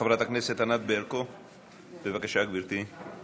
חברת הכנסת ענת ברקו, בבקשה, גברתי.